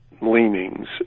leanings